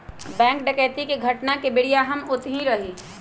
bank डकैती के घटना के बेरिया हम ओतही रही